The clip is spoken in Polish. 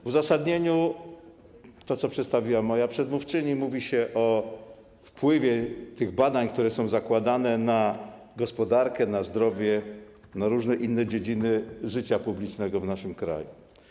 W uzasadnieniu, jeżeli chodzi o to, co przedstawiła moja przedmówczyni, mówi się o wpływie tych badań, które są zakładane, na gospodarkę, na zdrowie, na różne inne dziedziny życia publicznego w naszym kraju.